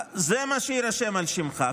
זה מה שיירשם על שמך,